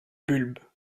bulbe